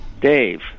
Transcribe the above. Dave